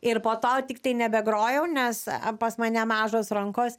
ir po to tiktai nebe grojau nes pas mane mažos rankos